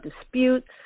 disputes